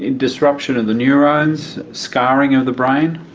disruption of the neurones, scarring of the brain,